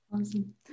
Awesome